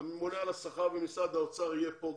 הממונה על השכר במשרד האוצר יהיה כאן,